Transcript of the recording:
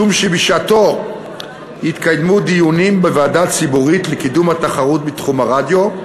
משום שבשעתו התקיימו דיונים בוועדה ציבורית לקידום התחרות בתחום הרדיו,